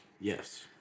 Yes